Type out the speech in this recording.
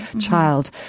child